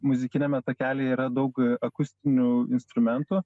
muzikiniame takelyje yra daug akustinių instrumentų